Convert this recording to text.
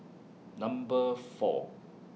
Number four